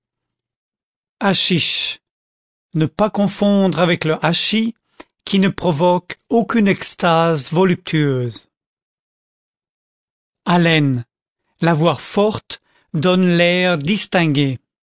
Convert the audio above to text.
hachisch ne pas confondre avec le hachis qui ne provoque aucune extase voluptueuse haleine l'avoir forte donne l'air distingué